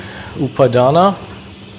Upadana